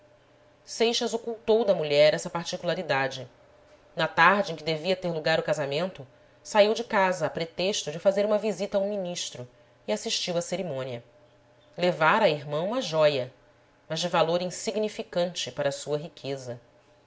geral seixas ocultou da mulher essa particularidade na tarde em que devia ter lugar o casamento saiu de casa a pretexto de fazer uma visita a um ministro e assistiu à cerimônia levara à irmã uma jóia mas de valor insignificante para sua riqueza